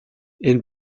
энэ